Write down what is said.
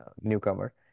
newcomer